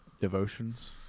devotions